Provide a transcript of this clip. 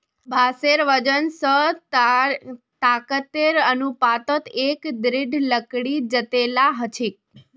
बांसेर वजन स ताकतेर अनुपातत एक दृढ़ लकड़ी जतेला ह छेक